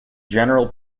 general